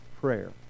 prayer